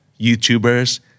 YouTubers